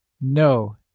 no